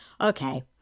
okay